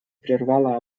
прервала